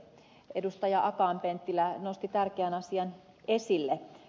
akaan penttilä nosti tärkeän asian esille